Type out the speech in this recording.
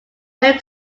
very